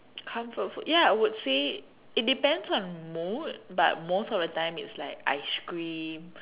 comfort food ya I would say it depends on mood but most of the time it's like ice cream